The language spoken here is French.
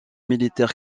militaire